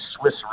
Swiss